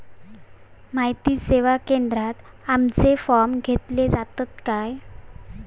माहिती सेवा केंद्रात आमचे फॉर्म घेतले जातात काय?